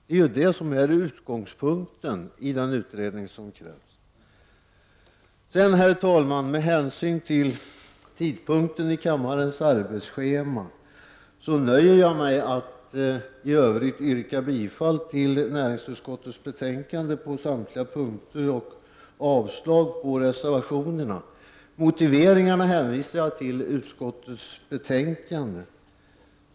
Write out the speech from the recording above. Det är detta som är utgångspunkten för den utredning som krävs. Herr talman! Med hänsyn till tidsbristen i kammarens arbetsschema nöjer jag mig med att i övrigt yrka bifall till näringsutskottets betänkande 7 på samtliga punkter och avslag på reservationerna. Jag hänvisar till utskottets betänkande beträffande motiveringarna.